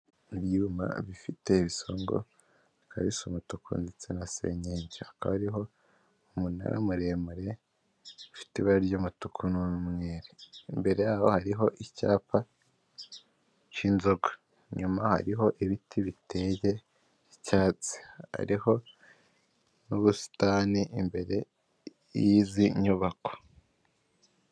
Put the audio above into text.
Ibyuma bifite ibisongo bikaba bisa umutuku ndetse na senyenge, hakaba hariho umunara muremare ufite ibara ry'umutuku n'umweru, imbere hariho icyapa cy'inzoga, nyuma hariho ibiti biteye icyatsi, hariho n'ubusitani imbere y'izi nyubako.